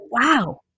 wow